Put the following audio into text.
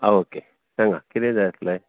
आं ओके सांगात कितें जाय आसलें